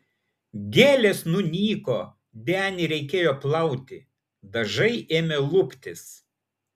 gėlės nunyko denį reikėjo plauti dažai ėmė luptis